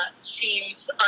seems